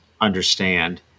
understand